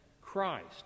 Christ